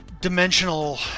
dimensional